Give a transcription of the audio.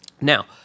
Now